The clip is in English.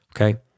okay